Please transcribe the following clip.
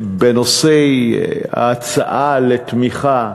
בנושא ההצעה לתמיכה,